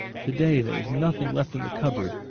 today there is nothing left in the cupboard,